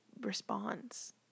responds